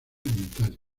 italia